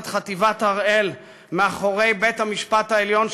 חטיבת הראל מאחורי בית-המשפט העליון שלנו,